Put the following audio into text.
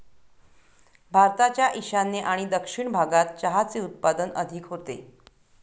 भारताच्या ईशान्य आणि दक्षिण भागात चहाचे उत्पादन अधिक होते